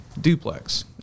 duplex